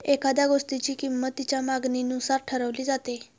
एखाद्या गोष्टीची किंमत तिच्या मागणीनुसार ठरवली जाते